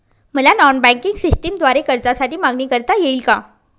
मला non banking सिस्टमद्वारे कर्जासाठी मागणी करता येईल का?